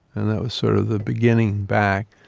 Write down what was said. and that was sort of the beginning back.